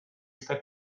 stai